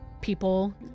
people